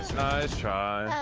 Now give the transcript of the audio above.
try